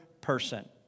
person